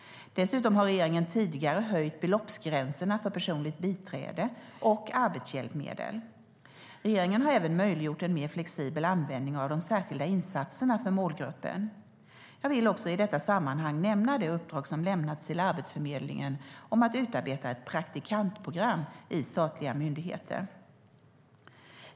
Dessutom har regeringen tidigare höjt beloppsgränserna för personligt biträde och arbetshjälpmedel. Regeringen har även möjliggjort en mer flexibel användning av de särskilda insatserna för målgruppen. Jag vill i detta sammanhang också nämna det uppdrag som lämnats till Arbetsförmedlingen om att utarbeta ett praktikantprogram i statliga myndigheter.